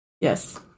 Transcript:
Yes